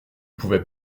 pouvait